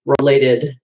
related